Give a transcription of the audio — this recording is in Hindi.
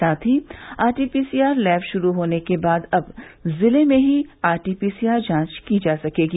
साथ ही आरटीपीसीआर लैब शुरू होने के बाद अब जिले में ही आरटीपीसीआर जांच की जा सकेगी